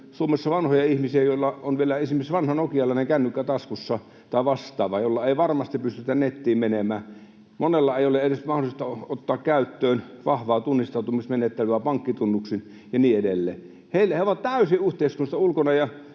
Suomessa vanhoja ihmisiä, joilla on vielä taskussa vanha nokialainen kännykkä tai vastaava, jolla ei varmasti pystytä nettiin menemään, monella ei ole edes mahdollisuutta ottaa käyttöön vahvaa tunnistautumismenettelyä pankkitunnuksin, ja niin edelleen. He ovat täysin yhteiskunnasta ulkona.